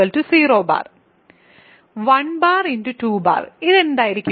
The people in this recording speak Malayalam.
2ഇത് എന്തായിരിക്കും